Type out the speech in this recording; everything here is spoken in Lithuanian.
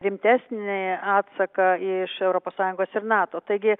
rimtesnį atsaką iš europos sąjungos ir nato taigi